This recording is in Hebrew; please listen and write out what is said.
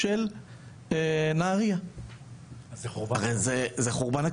הנושא של רבנות